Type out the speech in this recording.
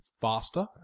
faster